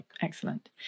Excellent